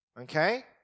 okay